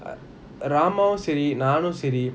ah ராமுவும் சேரி நானும் சேரி:ramavum seri naanum seri